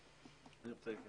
אני רוצה לתת